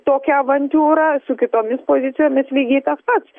tokią avantiūrą su kitomis pozicijomis lygiai tas pats